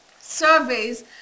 surveys